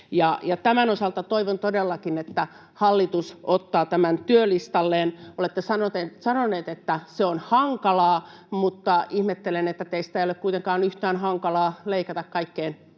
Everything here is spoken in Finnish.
Tämän osalta toivon todellakin, että hallitus ottaa tämän työlistalleen. Olette sanoneet, että se on hankalaa, mutta ihmettelen, että teistä ei ole kuitenkaan yhtään hankalaa leikata kaikkein